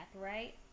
right